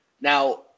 Now